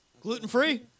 Gluten-free